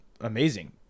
amazing